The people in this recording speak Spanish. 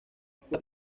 escuela